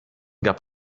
gab